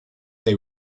they